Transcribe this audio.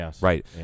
right